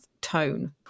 tone